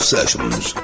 Sessions